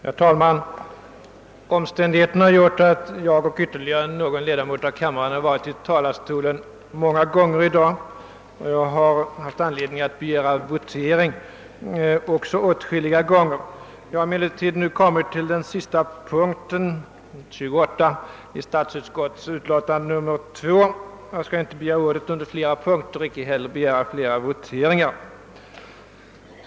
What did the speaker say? Herr talman! Omständigheterna har gjort att jag och ytterligare någon ledamot av kammaren har stått i talarstolen många gånger i dag, och jag har också haft anledning att begära votering åtskilliga gånger. Vi har emellertid nu kommit till den sista punkten, nr 28, i statsutskottets utlåtande nr 2. Jag skall icke begära ordet under flera punkter och inte heller begära flera voteringar.